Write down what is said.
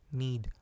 need